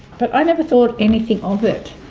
but i never thought anything of it